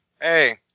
hey